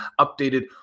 updated